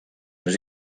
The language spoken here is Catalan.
més